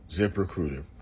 ZipRecruiter